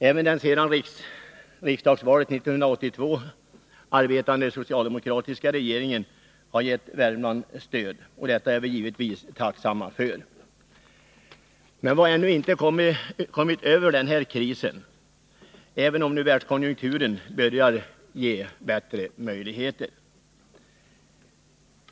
Även den sedan riksdagsvalet 1982 arbetande socialdemokratiska regeringen har gett Värmland stöd, och detta är vi givetvis tacksamma för. Men vi har ännu inte kommit över krisen, även om världskonjunkturen nu börjar ge bättre möjligheter.